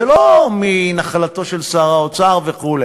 זה לא מנחלתו של שר האוצר וכו',